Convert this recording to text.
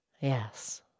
Yes